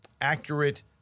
accurate –